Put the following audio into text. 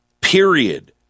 Period